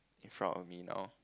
in front of me now